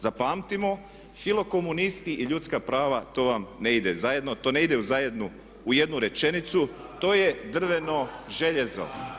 Zapamtimo, filokomunisti i ljudska prava to vam ne ide zajedno, to ne ide u jednu rečenicu, to je drveno željezo.